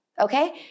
Okay